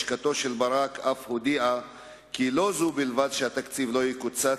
לשכתו של ברק הודיעה כי לא זו בלבד שהתקציב לא יקוצץ,